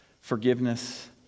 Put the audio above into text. forgiveness